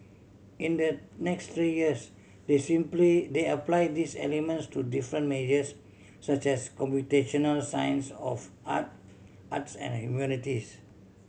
in the next three years they seem play they are apply these elements to different majors such as computational science of art arts and humanities